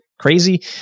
crazy